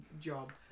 job